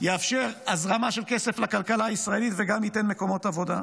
יאפשר הזרמה של כסף לכלכלה הישראלית וגם ייתן מקומות עבודה.